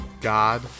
God